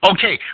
Okay